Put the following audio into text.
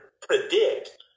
predict –